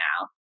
now